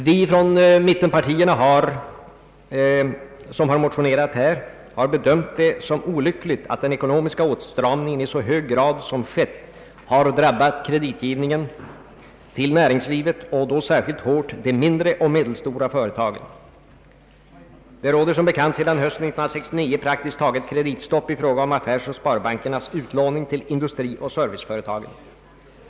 Vi från mittenpartierna som motionerat på denna punkt har bedömt det som olyckligt att den ekonomiska åtstramningen i så hög grad som skett har drabbat kreditgivningen till nä ringslivet och då särskilt hårt de mindre och medelstora företagen. Det råder som bekant sedan hösten 1969 praktiskt taget kreditstopp i fråga om affärsoch sparbankernas utlåning till industrioch serviceföretagen.